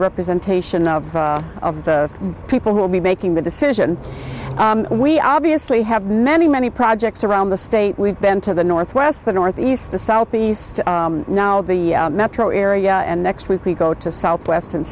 representation of of the people who will be making the decision we obviously have many many projects around the state we've been to the northwest the northeast the southeast now the metro area and next week we go to southwest